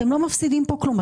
אתם לא מפסידים כאן כלום.